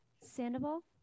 Sandoval